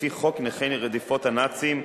לפי חוק נכי רדיפות הנאצים,